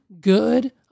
good